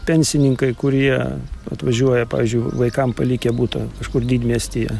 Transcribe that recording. pensininkai kurie atvažiuoja pavyzdžiui vaikam palikę butą kažkur didmiestyje